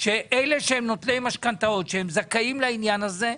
שאלה שהם נוטלי משכנתאות, שהם זכאים לעניין הזה,